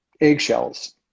eggshells